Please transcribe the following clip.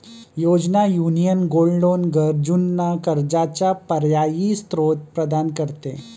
योजना, union gold loan गरजूंना कर्जाचा पर्यायी स्त्रोत प्रदान करते